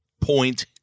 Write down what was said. point